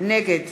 נגד